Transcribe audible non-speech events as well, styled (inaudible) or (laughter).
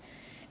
(breath)